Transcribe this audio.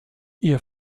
ihr